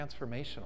transformational